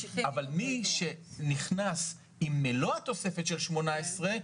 אבל מי שנכנס עם מלוא התוספת של 2018,